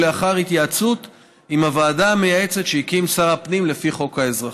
ולאחר התייעצות עם הוועדה המייעצת שהקים שר הפנים לפי חוק האזרחות.